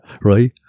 right